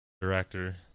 Director